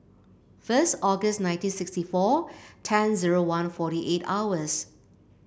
first August nineteen sixty four ten zero one forty eight hours